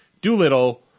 Doolittle